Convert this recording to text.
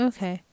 Okay